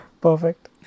perfect